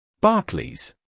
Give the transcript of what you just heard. Barclays